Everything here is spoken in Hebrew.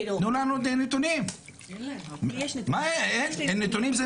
תנו לנו נתונים, מה אין נתונים?